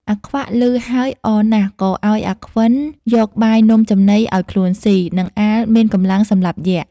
អាខ្វាក់ លឺហើយអរណាស់ ក៏ឲ្យអាខ្វិនយលបាយនំចំណីឱ្យខ្លួនស៊ី នឹងអាលមានកំលាំងសម្លាប់យក្យ